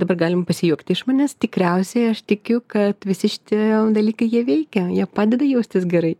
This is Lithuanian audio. dabar galim pasijuokti iš manęs tikriausiai aš tikiu kad visi šitie dalykai jie veikia jie padeda jaustis gerai